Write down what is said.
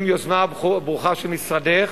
עם יוזמה ברוכה של משרדך.